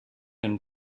and